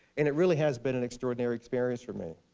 and it really has been an extraordinary experience for me.